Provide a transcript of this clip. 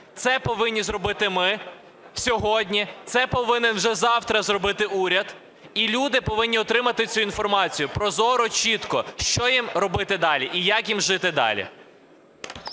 Це повинні зробити ми сьогодні, це повинен вже завтра зробити уряд, і люди повинні отримати цю інформацію прозоро, чітко – що їм робити далі і як їм жити далі.